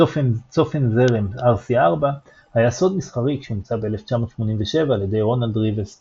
צופן זרם RC4 היה סוד מסחרי כשהומצא ב-1987 על ידי רונלד ריבסט